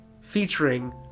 featuring